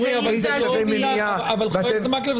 בלי צווי מניעה --- חבר הכנסת מקלב,